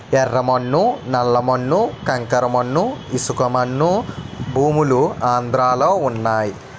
యెర్ర మన్ను నల్ల మన్ను కంకర మన్ను ఇసకమన్ను భూములు ఆంధ్రలో వున్నయి